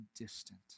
distant